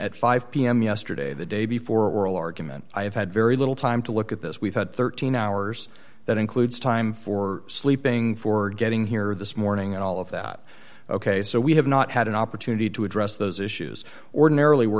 at five pm yesterday the day before oral argument i have had very little time to look at this we've had thirteen hours that includes time for sleeping for getting here this morning and all of that ok so we have not had an opportunity to address those issues ordinarily we're